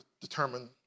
determine